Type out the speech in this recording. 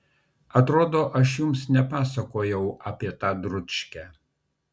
atrodo aš jums nepasakojau apie tą dručkę